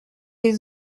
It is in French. les